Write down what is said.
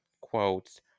quotes